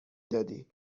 دادی